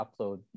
upload